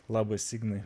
labas ignai